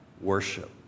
worship